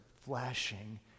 flashing